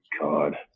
god